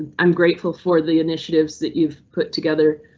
i'm grateful for the initiatives that you've put together,